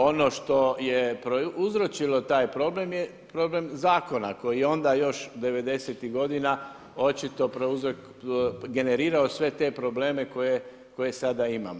Ono što je prouzročilo taj problem je problem zakona koji onda još devedesetih godina očito generirao sve te probleme koje sada imamo.